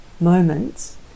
moments